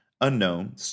unknown